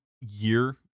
year